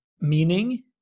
meaning